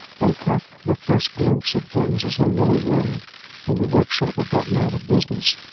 and caught the first glimpse of things as they really were in the workshop of that man of business,